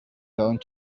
going